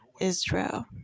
Israel